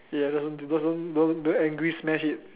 ya it doesn't it doesn't don't don't angry smash it